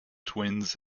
twins